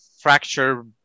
fracture